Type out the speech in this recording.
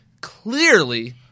clearly